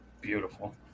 beautiful